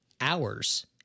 hours